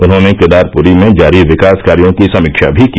उन्होंने केदारपुरी में जारी विकास कार्यों की समीक्षा भी की